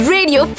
Radio